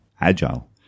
agile